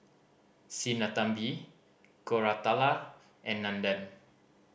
Sinnathamby Koratala and Nandan